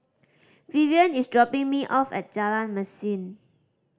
Vivien is dropping me off at Jalan Mesin